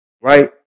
right